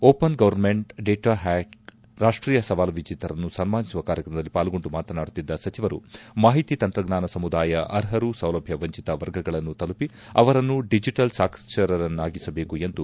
open government data hack ರಾಷ್ಟೀಯ ಸವಾಲು ವಿಜೇತರನ್ನು ಸನ್ನಾನಿಸುವ ಕಾರ್ಯಕ್ರಮದಲ್ಲಿ ಪಾಲ್ಗೊಂಡು ಮಾತನಾಡುತ್ತಿದ್ದ ಸಚಿವರು ಮಾಹಿತಿ ತಂತ್ರಜ್ಞಾನ ಸಮುದಾಯ ಅರ್ಹರು ಸೌಲಭ್ಞ ವಂಚಿತ ವರ್ಗಗಳನ್ನು ತಲುಪಿ ಅವರನ್ನು ಡಿಜೆಟಲ್ ಸಾಕ್ಷರವನ್ನಾಗಿಸಬೇಕು ಎಂದು ಸಲಹೆ ನೀಡಿದರು